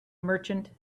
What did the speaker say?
merchant